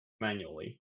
manually